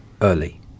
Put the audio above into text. early